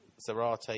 Zarate